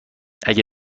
اگه